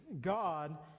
god